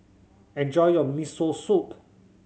enjoy your Miso Soup